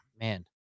man